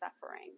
suffering